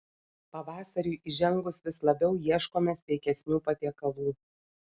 pavasariui įžengus vis labiau ieškome sveikesnių patiekalų